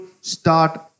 start